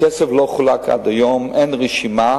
הכסף לא חולק עד היום, אין רשימה.